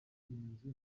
nzu